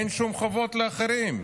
אין שום חובות לאחרים.